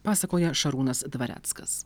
pasakoja šarūnas dvareckas